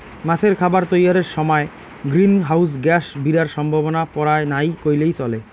মাছের খাবার তৈয়ারের সমায় গ্রীন হাউস গ্যাস বিরার সম্ভাবনা পরায় নাই কইলেই চলে